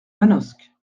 manosque